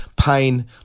pain